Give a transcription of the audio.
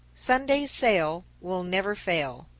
sunday's sail will never fail.